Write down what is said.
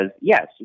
yes